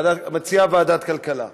ברושי מציע לוועדת הכלכלה.